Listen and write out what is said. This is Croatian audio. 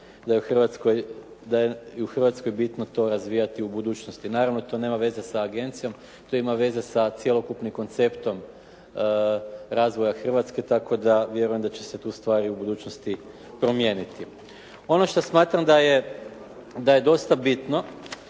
da je u Hrvatskoj bitno to razvijati u budućnosti. Naravno, to nema veze sa agencijom, to ima veze sa cjelokupnim konceptom razvoja Hrvatske tako da vjerujem da će se tu stvari u budućnosti promijeniti. Ono što smatram da je dosta bitno